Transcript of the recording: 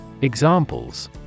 Examples